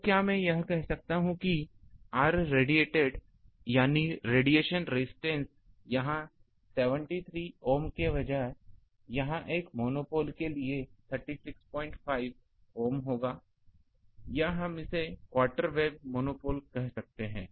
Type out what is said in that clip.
तो क्या मैं कह सकता हूं कि Rrad यानी रेडिएशन रेजिस्टेंस यहां 73 ohm के बजाय होगा यह एक मोनोपोल के लिए 365 ओम होगा या हम इसे क्वार्टर वेव मोनोपोल कह सकते हैं